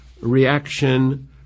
reaction